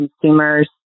consumers